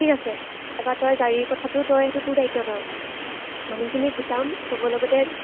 ঠিক আছে তাৰপৰা তই গাড়ীৰ কথাটো তই সেইটো তোৰ দায়িত্বত আৰু মানুহখিনিক গোটাম চবৰ লগতে